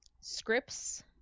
scripts